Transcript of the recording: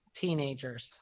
teenagers